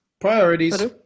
priorities